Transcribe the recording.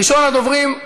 ראשון הדוברים,